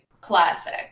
classic